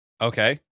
Okay